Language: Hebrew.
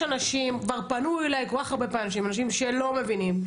כבר פנו אליh כל כך הרבה אנשים שהם לא מבינים,